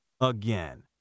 again